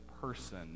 person